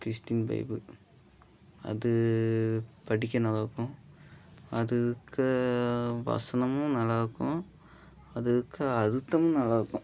Christian Bible அது படிக்க நல்லாயிருக்கும் அதிலருக்க வசனமும் நல்லாயிருக்கும் அதிலருக்க அர்த்தமும் நல்லாயிருக்கும்